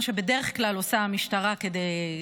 מה שבדרך כלל עושה המשטרה כדי,